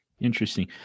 Interesting